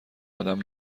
آدم